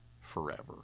forever